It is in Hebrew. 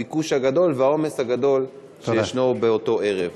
עקב הביקוש הגדול והעומס הגדול באותו ערב.